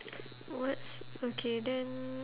what's okay then